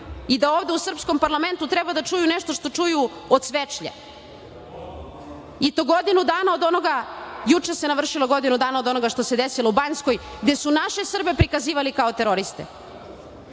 i da ovde u srpskom parlamentu treba da čuju nešto što čuju od Svečlje i to godinu dana, juče se navršilo godinu dana od onoga što se desilo u Banjskoj gde su naše Srbe prikazivali kao teroriste. Ne